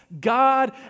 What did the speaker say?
God